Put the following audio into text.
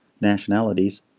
nationalities